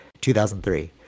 2003